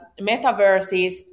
metaverses